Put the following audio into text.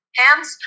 hands